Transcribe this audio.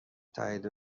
تایید